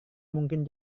mungkin